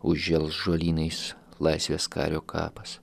užžels žolynais laisvės kario kapas